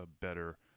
better